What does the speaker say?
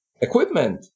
equipment